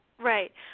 Right